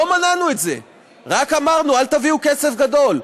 לא מנענו את זה, רק אמרנו: אל תביאו כסף גדול.